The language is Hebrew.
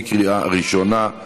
בקריאה ראשונה.